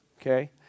okay